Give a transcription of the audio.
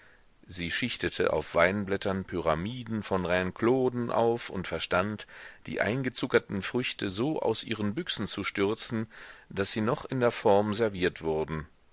sie schichtete auf weinblättern pyramiden von reineclauden auf und verstand die eingezuckerten früchte so aus ihren büchsen zu stürzen daß sie noch in der form serviert wurden